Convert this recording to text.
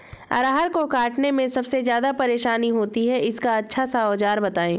अरहर को काटने में सबसे ज्यादा परेशानी होती है इसका अच्छा सा औजार बताएं?